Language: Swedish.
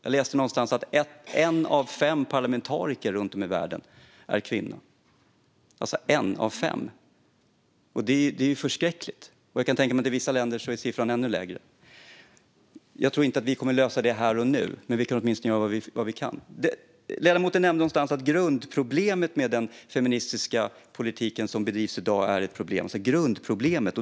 Jag läste någonstans att en av fem parlamentariker i världen är kvinna - en av fem. Det är förskräckligt. Jag kan dessutom tänka mig att siffran är ännu lägre i vissa länder. Jag tror inte att vi kommer att lösa det här och nu. Men vi kan åtminstone göra vad vi kan. Ledamoten nämnde att grundproblemet med den feministiska politiken är hur den bedrivs i dag.